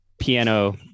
piano